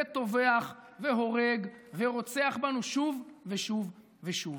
וטובח והורג ורוצח בנו שוב ושוב ושוב.